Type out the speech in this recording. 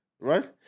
Right